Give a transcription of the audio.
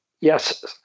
Yes